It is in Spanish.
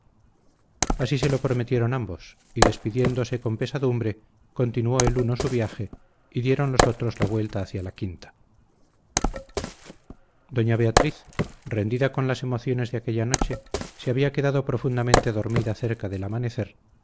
así se lo prometieron entrambos y despidiéndose con pesadumbre continuó el uno su viaje y dieron los otros la vuelta hacia la quinta doña beatriz rendida con las emociones de aquella noche se había quedado profundamente dormida cerca del amanecer